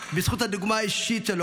"בזכות הדוגמה האישית שלו,